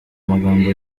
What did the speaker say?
magambo